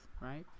right